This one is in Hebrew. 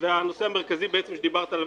והנושא המרכזי שדיברת עליו,